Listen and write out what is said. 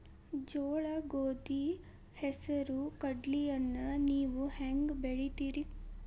ಜೋಳ, ಗೋಧಿ, ಹೆಸರು, ಕಡ್ಲಿಯನ್ನ ನೇವು ಹೆಂಗ್ ಬೆಳಿತಿರಿ?